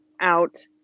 out